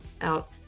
out